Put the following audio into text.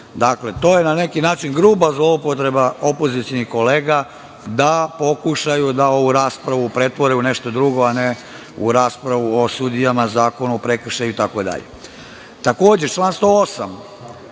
stav 2.To je na neki način gruba zloupotreba opozicionih kolega da pokušaju da ovu raspravu pretvore u nešto drugo, a ne u raspravu o sudijama, zakonu, prekršaju, itd. Takođe, član 108.